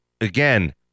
again